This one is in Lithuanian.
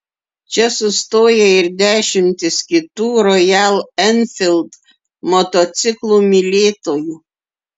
čia sustoja ir dešimtys kitų rojal enfild motociklų mylėtojų